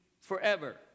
forever